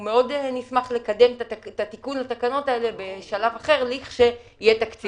נשמח לקדם את התיקון לתקנות האלו לכשיהיה תקציב.